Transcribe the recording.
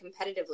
competitively